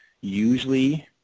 usually